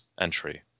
entry